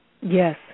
Yes